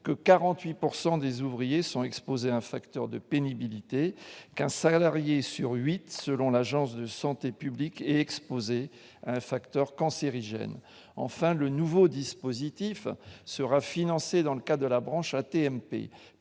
que 48 % des ouvriers sont exposés à un facteur de pénibilité et qu'un salarié sur huit, selon l'Agence nationale de santé publique, est exposé à un facteur cancérigène. Enfin, le nouveau dispositif sera financé dans le cadre de la branche AT-MP-